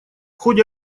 ходе